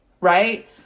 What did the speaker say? right